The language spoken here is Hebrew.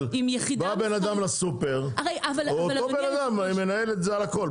בא בן אדם לסופר, אותו בן אדם מנהל את זה על הכל.